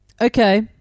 Okay